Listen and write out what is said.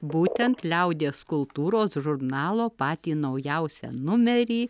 būtent liaudies kultūros žurnalo patį naujausią numerį